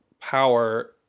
power